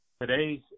Today's